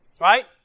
Right